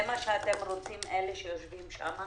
זה מה שאתם, אלה שיושבים שם,